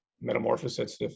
metamorphosis